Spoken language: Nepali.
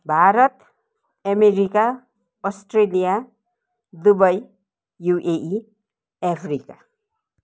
Bharat America Australia Dubai UAE Africa